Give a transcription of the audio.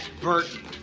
Burton